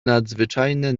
nadzwyczajne